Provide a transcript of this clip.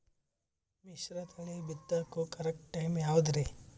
ಮಿಶ್ರತಳಿ ಬಿತ್ತಕು correct time ಯಾವುದರಿ?